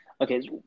Okay